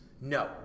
No